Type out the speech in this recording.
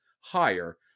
higher